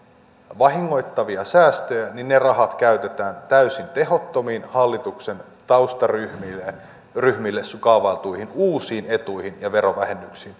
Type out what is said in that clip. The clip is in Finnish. vahingoittavia säästöjä ne rahat käytetään täysin tehottomiin hallituksen taustaryhmille kaavailtuihin uusiin etuihin ja verovähennyksiin